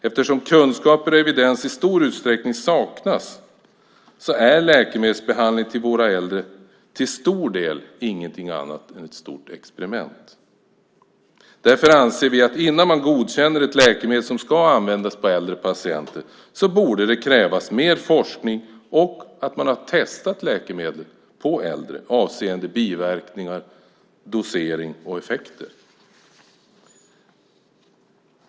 Eftersom kunskaper och evidens i stor utsträckning saknas är läkemedelsbehandling av våra äldre till stor del ingenting annat än ett stort experiment. Därför anser vi att innan man godkänner ett läkemedel som ska användas på äldre patienter borde det krävas mer forskning och att man har testat läkemedlet på äldre avseende biverkningar, dosering och effekter.